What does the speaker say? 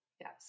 Yes